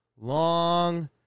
long